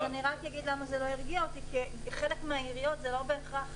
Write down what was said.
לא הרגיע אותי כי בחלק מהעיריות זה לא בהכרח